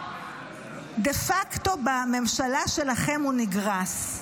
דה פקטו בממשלה שלכם הוא נגרס.